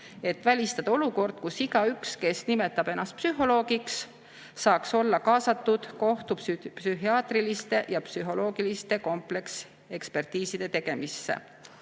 et välistada olukord, kus igaüks, kes nimetab ennast psühholoogiks, saaks olla kaasatud kohtupsühhiaatriliste ja -psühholoogiliste kompleksekspertiiside tegemisse.